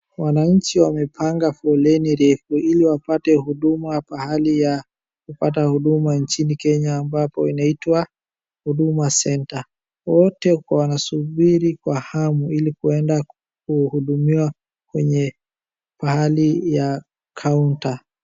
Wananchi wamepanga foleni refu ili wapate huduma pahali ya kupata huduma nchini Kenya ambapo inaitwa Huduma Centre. Wote wanasubiri kwa halu ili kuenda kuhudumiwa kwenye pahali ya kaunta.